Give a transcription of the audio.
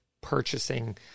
purchasing